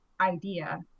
idea